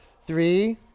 Three